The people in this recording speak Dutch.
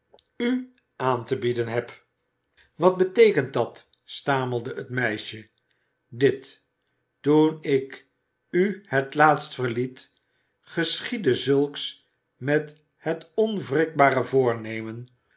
u aan te bieden heb wat beteekent dat stamelde het meisje dit toen ik u het laatst verliet geschiedde zulks met het onwrikbare voornemen